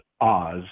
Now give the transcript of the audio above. Oz